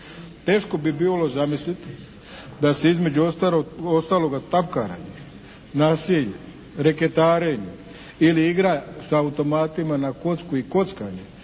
Teško bi bilo zamisliti da se između ostalog …/Govornik se ne razumije./… nasilje, reketarenje ili igre sa automatima na kocku i kockanje